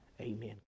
amen